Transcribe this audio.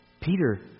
Peter